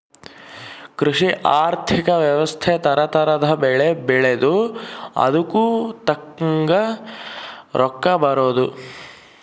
ಕೃಷಿ ಆರ್ಥಿಕ ವ್ಯವಸ್ತೆ ತರ ತರದ್ ಬೆಳೆ ಬೆಳ್ದು ಅದುಕ್ ತಕ್ಕಂಗ್ ರೊಕ್ಕ ಬರೋದು